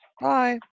Bye